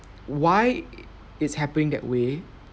why it's happening that way